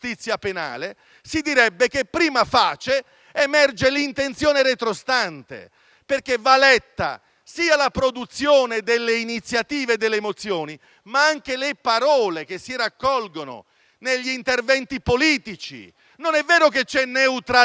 si direbbe che *prima facie* emerge l'intenzione retrostante, perché vanno lette sia la produzione delle iniziative delle mozioni, ma altresì le parole che si raccolgono negli interventi politici. Non è vero che c'è neutralità.